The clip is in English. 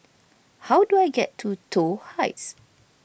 how do I get to Toh Heights